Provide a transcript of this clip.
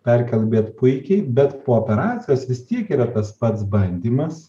perkalbėt puikiai bet po operacijos vis tiek yra tas pats bandymas